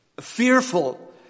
fearful